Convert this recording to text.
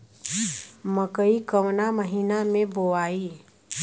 मकई कवना महीना मे बोआइ?